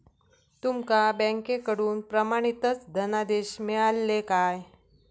तुमका बँकेकडून प्रमाणितच धनादेश मिळाल्ले काय?